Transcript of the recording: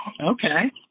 okay